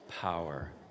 power